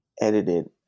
edited